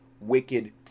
wicked